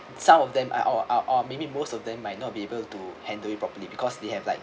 some of them I uh or uh or maybe most of them might not be able to handle it properly because they have like